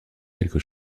quelque